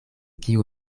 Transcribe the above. kiu